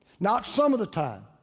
not some of the time,